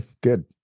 good